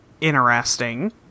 interesting